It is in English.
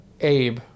Abe